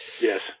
Yes